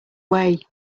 way